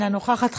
אינה נוכחת,